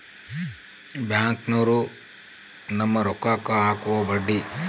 ಬ್ಯಾಂಕ್ನೋರು ನಮ್ಮ್ ರೋಕಾಕ್ಕ ಅಕುವ ಬಡ್ಡಿ